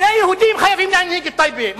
שני יהודים חייבים להנהיג את טייבה.